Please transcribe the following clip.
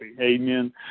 amen